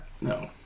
No